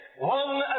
One